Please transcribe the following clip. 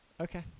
Okay